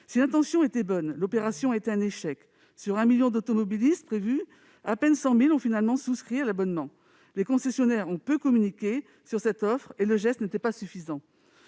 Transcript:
Si l'intention était bonne, l'opération a été un échec. Sur un million d'automobilistes prévus, à peine 100 000 ont finalement souscrit l'abonnement. Les concessionnaires ont peu communiqué sur cette offre et le geste n'était pas suffisant.